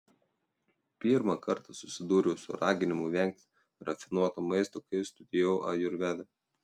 pirmą kartą susidūriau su raginimu vengti rafinuoto maisto kai studijavau ajurvedą